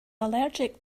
allergic